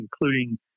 including